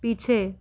पीछे